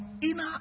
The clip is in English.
inner